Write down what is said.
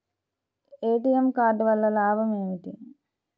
ATM card వల్ల లాభం ఏమిటి?